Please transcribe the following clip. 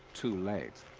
too late.